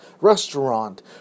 restaurant